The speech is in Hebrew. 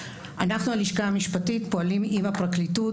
אנחנו הלשכה המשפטית פועלים עם הפרקליטות,